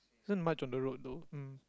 isn't much on the road though mm